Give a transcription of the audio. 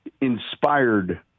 inspired